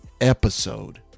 episode